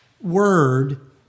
word